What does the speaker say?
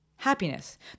Happiness